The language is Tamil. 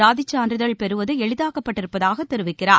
சாதிச் சான்றிதழ் பெறுவது எளிதாக்கப்பட்டிருப்பதாக தெரிவிக்கிறார்